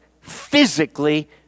physically